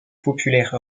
populaire